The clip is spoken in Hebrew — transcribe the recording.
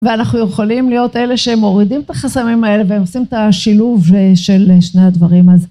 ואנחנו יכולים להיות אלה שמורידים את החסמים האלה והם עושים את השילוב של שני הדברים. אז...